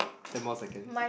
ten more seconds